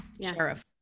sheriff